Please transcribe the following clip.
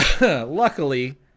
Luckily